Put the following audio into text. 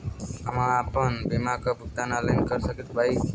हम आपन बीमा क भुगतान ऑनलाइन कर पाईब?